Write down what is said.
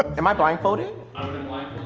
am i blindfolded?